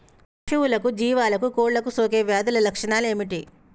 పశువులకు జీవాలకు కోళ్ళకు సోకే వ్యాధుల లక్షణాలు ఏమిటి?